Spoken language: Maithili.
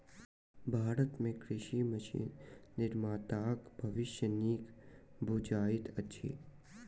भारत मे कृषि मशीन निर्माताक भविष्य नीक बुझाइत अछि